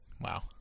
Wow